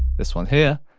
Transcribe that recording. this one here,